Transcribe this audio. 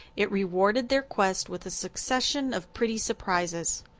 it rewarded their quest with a succession of pretty surprises.